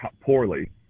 poorly